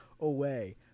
away